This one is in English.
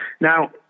Now